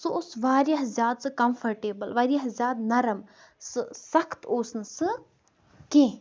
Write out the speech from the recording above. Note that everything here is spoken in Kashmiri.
سُہ اوس واریاہ زیادٕ سُہ کمفٹیبل واریاہ زیادٕ نرم سخت اوس نہٕ سُہ کینہہ